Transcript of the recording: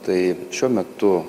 tai šiuo metu